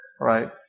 right